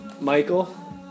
Michael